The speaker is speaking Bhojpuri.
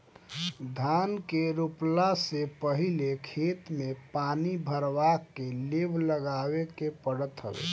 धान के रोपला से पहिले खेत में पानी भरवा के लेव लगावे के पड़त हवे